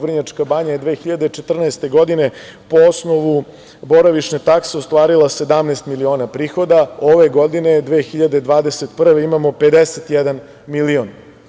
Vrnjačka banja je 2014. godine po osnovu boravišne takse ostvarila 17 miliona prihoda, ove godine, 2021. godine imamo 51 milion.